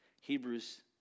Hebrews